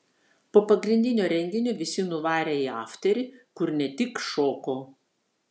po pagrindinio renginio visi nuvarė į afterį kur ne tik šoko